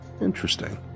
Interesting